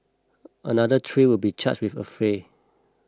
another three will be charged with affray